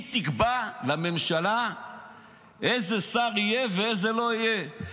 היא תקבע לממשלה איזה שר יהיה ואיזה לא יהיה.